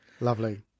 Lovely